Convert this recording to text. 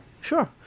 sure